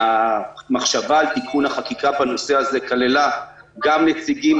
המחשבה על תיקון החקיקה בנושא הזה כללה גם נציגים